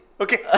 Okay